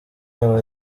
aba